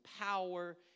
power